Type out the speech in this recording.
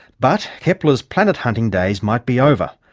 but kepler's planet hunting days might be over,